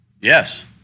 Yes